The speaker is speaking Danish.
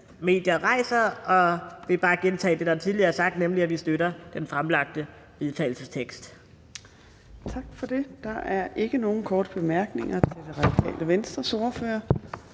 medier rejser, og jeg vil bare gentage det, der tidligere har sagt, nemlig at vi støtter det fremlagte forslag til